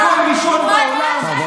מקום ראשון בעולם,